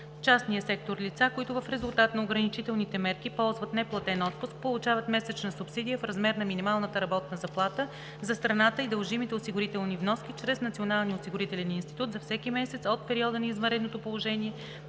частния сектор лица, които в резултат на ограничителните мерки ползват неплатен отпуск, получават месечна субсидия в размер на минималната работна заплата за страната и дължимите осигурителни вноски, чрез Националния осигурителен институт, за всеки месец от периода на извънредното положение,